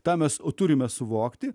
tą mes turime suvokti